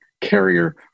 carrier